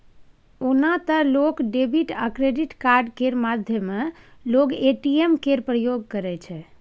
ओना तए लोक डेबिट आ क्रेडिट कार्ड केर माध्यमे लोक ए.टी.एम केर प्रयोग करै छै